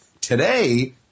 Today